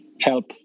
help